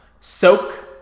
Soak